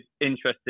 interesting